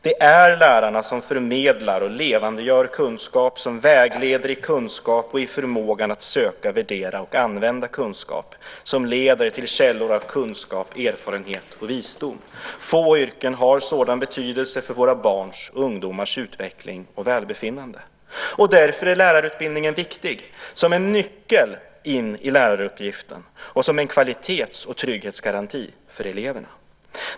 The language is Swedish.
Det är lärarna som förmedlar och levandegör kunskap, som vägleder i kunskap och i förmågan att söka, värdera och använda kunskap, vilket leder till källor av kunskap, erfarenhet och visdom. Få yrken har sådan betydelse för våra barns och ungdomars utveckling och välbefinnande. Därför är lärarutbildningen viktig som en nyckel in i läraruppgiften och som en kvalitets och trygghetsgaranti för eleverna.